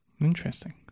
interesting